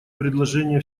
предложения